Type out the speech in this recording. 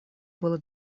было